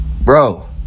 Bro